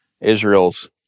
Israel's